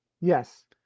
Yes